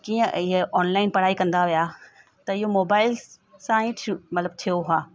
कीअं ईअं ऑनलाइन पढ़ाई कंदा हुया त ईअं मोबाइल सां ई मतलबु थियो आहे